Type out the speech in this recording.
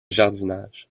jardinage